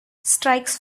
strikes